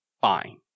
fine